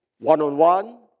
one-on-one